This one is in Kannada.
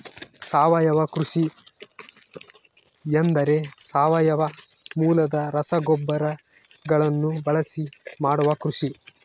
ಸಾವಯವ ಕೃಷಿ ಎಂದರೆ ಸಾವಯವ ಮೂಲದ ರಸಗೊಬ್ಬರಗಳನ್ನು ಬಳಸಿ ಮಾಡುವ ಕೃಷಿ